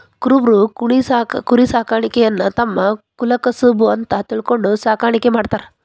ಕುರಬರು ಕುರಿಸಾಕಾಣಿಕೆಯನ್ನ ತಮ್ಮ ಕುಲಕಸಬು ಅಂತ ತಿಳ್ಕೊಂಡು ಸಾಕಾಣಿಕೆ ಮಾಡ್ತಾರ